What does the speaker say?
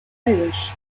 irish